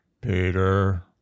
Peter